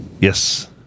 Yes